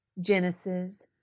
Genesis